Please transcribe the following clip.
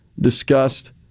discussed